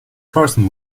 carson